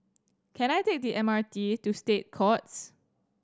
can I take the M R T to State Courts